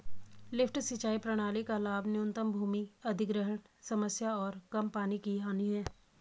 lift सिंचाई प्रणाली का लाभ न्यूनतम भूमि अधिग्रहण समस्या और कम पानी की हानि है